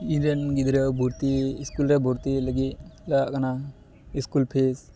ᱤᱧ ᱨᱮᱱ ᱜᱤᱫᱽᱨᱟᱹ ᱵᱷᱚᱨᱛᱤ ᱥᱠᱩᱞ ᱨᱮ ᱵᱷᱚᱨᱛᱤᱭᱮ ᱞᱟᱹᱜᱤᱫ ᱞᱟᱜᱟᱜ ᱠᱟᱱᱟ ᱥᱠᱩᱞ ᱯᱷᱤᱥ